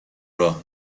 راه